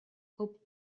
hoped